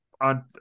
On